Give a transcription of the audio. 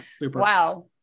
wow